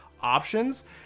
options